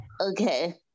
Okay